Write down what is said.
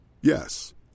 Yes